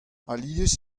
alies